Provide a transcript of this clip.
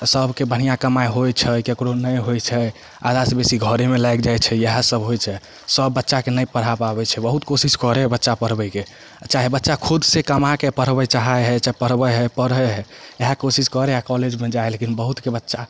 सबके बढ़िऑं कमाइ होइ छै केकरो केकरो नहि होइ छै आधा से बेसी घरेमे लागि जाइ छै इएह सब होइ छै सब बच्चाके नहि पढ़ा पाबै छै बहुत कोशिश करै हइ बच्चा पढ़बैके चाहे बच्चा खुद से कमाके पढ़बै चाहै हइ चाहे पढ़बै हइ पढ़ऽ हइ इएह कोशिश करै हइ कॉलेजमे जाइ हइ लेकिन बहुतके बच्चा